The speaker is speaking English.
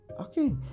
Okay